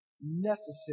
necessary